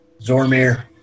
Zormir